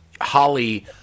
Holly